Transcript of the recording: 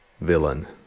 villain